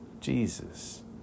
Jesus